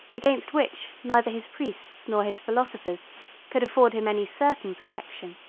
against which neither his priests nor his philosophers could afford him any certain protection,